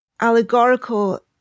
allegorical